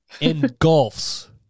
engulfs